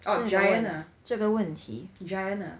oh Giant ah Giant ah